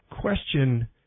question